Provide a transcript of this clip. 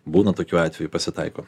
būna tokių atvejų pasitaiko